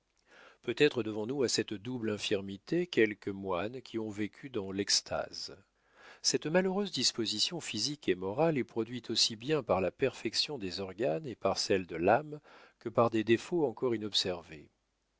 peut-être devons-nous à cette double infirmité quelques moines qui ont vécu dans l'extase cette malheureuse disposition physique et morale est produite aussi bien par la perfection des organes et par celle de l'âme que par des défauts encore inobservés